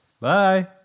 Bye